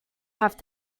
have